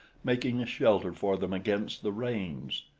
making a shelter for them against the rains.